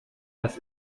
das